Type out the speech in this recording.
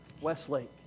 Westlake